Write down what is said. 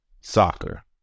soccer